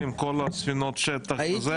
עם כל הספינות שטח זה מאוד מאוד משתלם.